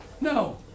No